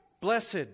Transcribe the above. Blessed